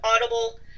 Audible